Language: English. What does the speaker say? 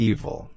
Evil